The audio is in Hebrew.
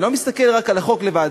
אני לא מסתכל רק על החוק לבד.